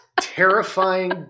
terrifying